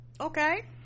okay